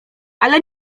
ale